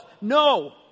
No